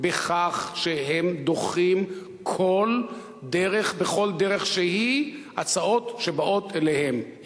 בכך שהם דוחים בכל דרך שהיא הצעות שבאות אליהם,